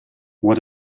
what